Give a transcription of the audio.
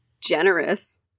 generous